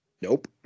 Nope